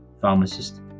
pharmacist